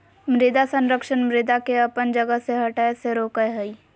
मृदा संरक्षण मृदा के अपन जगह से हठय से रोकय हइ